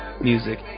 music